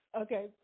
Okay